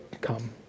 come